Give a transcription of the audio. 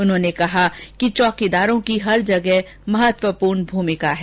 उन्होंने कहा कि चौकीदारों की हर जगह महत्वपूर्ण भूमिका है